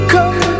Come